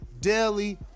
daily